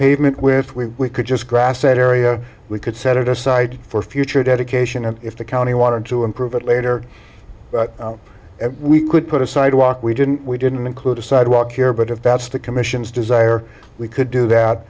pavement with we we could just grass an area we could set it aside for future dedication and if the county want to improve it later we could put a sidewalk we didn't we didn't include a sidewalk here but if that's the commission's desire we could do that